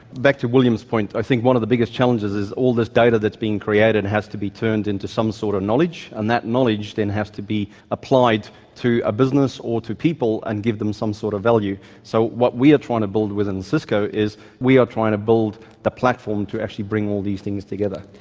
back to william's point, i think one of the biggest challenges is all this data that's being created and has to be turned into some sort of knowledge, and that knowledge then has to be applied to a business or to people and give them some sort of value. so what we are trying to build within cisco is we are trying to build a platform to actually bring all these things together.